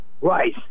Rice